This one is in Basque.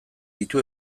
ditu